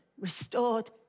restored